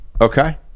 Okay